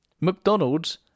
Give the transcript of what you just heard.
McDonald's